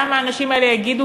גם אם האנשים האלה יגידו,